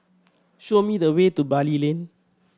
show me the way to Bali Lane